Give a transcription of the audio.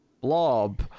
blob